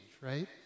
right